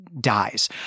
dies